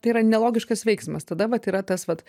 tai yra nelogiškas veiksmas tada vat yra tas vat